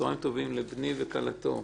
צהרים טובים לבני וכלתו,